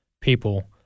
people